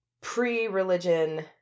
pre-religion